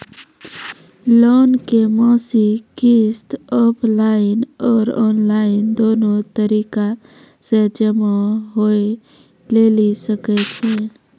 Loan के मासिक किस्त ऑफलाइन और ऑनलाइन दोनो तरीका से जमा होय लेली सकै छै?